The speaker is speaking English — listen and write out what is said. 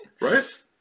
Right